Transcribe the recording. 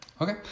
Okay